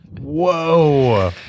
whoa